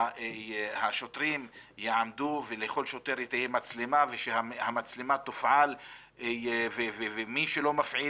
שהשוטרים יעמדו ולכל שוטר תהיה מצלמה ושהמצלמה תופעל ומי שלא מפעיל